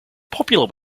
popular